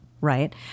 Right